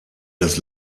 des